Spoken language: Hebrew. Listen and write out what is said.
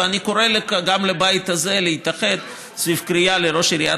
ואני קורא גם לבית הזה להתאחד סביב קריאה לראש עיריית